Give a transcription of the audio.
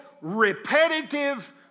repetitive